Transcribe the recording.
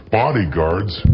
bodyguards